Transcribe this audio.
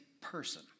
person